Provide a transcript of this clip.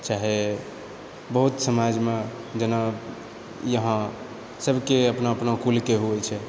चाहे बहुत समाजमे जेना यहाँ सभके अपना अपना कुलके होइत छै